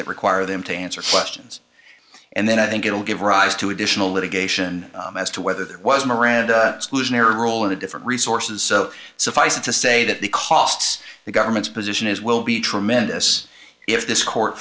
that require them to answer questions and then i think it will give rise to additional litigation as to whether there was miranda solution or rule in the different resources suffice it to say that the costs the government's position is will be tremendous if this court